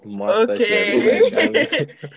Okay